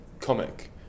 comic